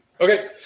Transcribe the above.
Okay